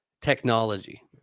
technology